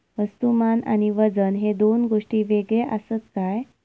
वस्तुमान आणि वजन हे दोन गोष्टी वेगळे आसत काय?